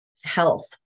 health